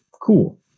Cool